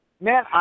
man